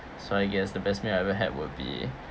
so I guess the best meal I've ever had would be